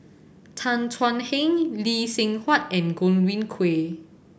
Tan Thuan Heng Lee Seng Huat and Godwin Koay